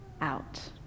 out